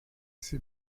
ses